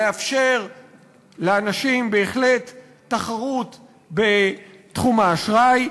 לאפשר לאנשים בהחלט תחרות בתחום האשראי,